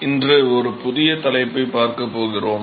இன்று ஒரு புதிய தலைப்பைத் பார்க்கப் போகிறோம்